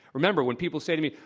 remember, when people say to me,